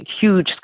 huge